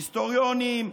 היסטוריונים,